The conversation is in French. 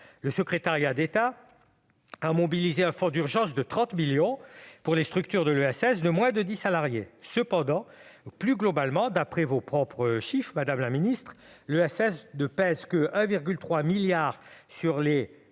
Le secrétariat d'État a mobilisé un fonds d'urgence de 30 millions d'euros pour les structures du secteur de moins de 10 salariés. Pour autant, plus globalement, d'après vos propres chiffres, madame la secrétaire d'État, l'ESS ne pèse que 1,3 milliard d'euros